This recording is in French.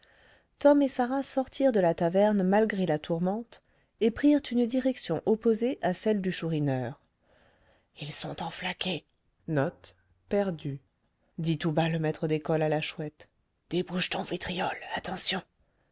tom et sarah sortirent de la taverne malgré la tourmente et prirent une direction opposée à celle du chourineur ils sont enflaqués dit tout bas le maître d'école à la chouette débouche ton vitriol attention